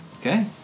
Okay